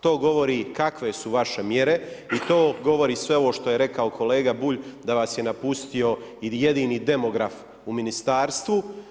To govori kakve su vaše mjere i to govori sve ovo što je rekao kolega Bulj da vas je napustio jedini demograf u ministarstvu.